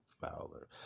Fowler